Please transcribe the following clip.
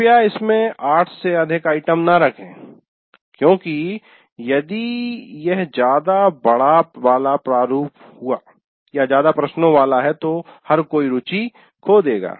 कृपया इसमें 8 से अधिक आइटम न रखे क्योंकि यदि यह ज्यादा बड़ा प्रारूप वाला या ज्यादा प्रश्नों वाला है तो हर कोई रुचि खो देगा